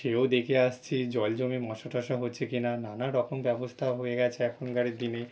সেও দেখে আসছে জল জমে মশা টশা হচ্ছে কি না নানা রকম ব্যবস্থা হয়ে গেছে এখনকারের দিনে